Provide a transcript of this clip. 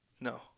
no